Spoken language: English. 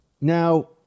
Now